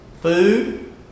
food